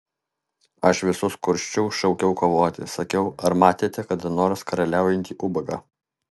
aš visus kursčiau šaukiau kovoti sakiau ar matėte kada nors karaliaujantį ubagą